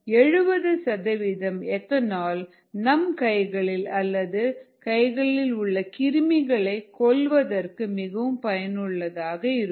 70 சதவீதம் எத்தனால் நம் கைகளில் அல்லது கைகளில் உள்ள கிருமிகளை கொள்வதற்கு மிகவும் பயனுள்ளதாக இருக்கும்